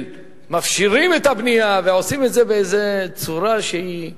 שמפשירים את הבנייה ועושים את זה באיזו צורה שהיא ממש,